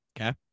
Okay